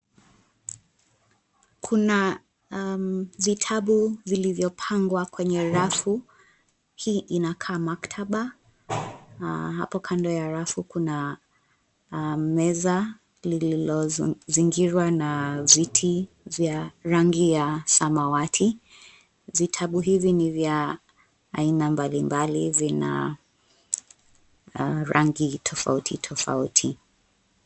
Kuna vitabu vilivyopangwa kwenye rafu. Hii inakaa maktaba. Hapo kando ya rafu kuna meza lililozingirwa na viti vya rangi ya samawati. Vitabu hivi ni vya aina mbali mbali vina rangi tofauti tofauti.